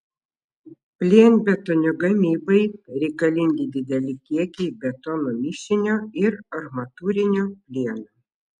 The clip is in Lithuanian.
plienbetonio gamybai reikalingi dideli kiekiai betono mišinio ir armatūrinio plieno